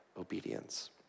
obedience